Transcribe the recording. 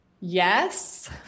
yes